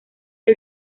que